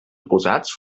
oposats